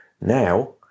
Now